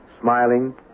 smiling